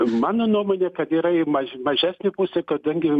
mano nuomone kad yra į maž mažesnę pusę kadangi